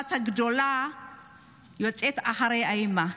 והבת הגדולה יוצאת אחרי האימא.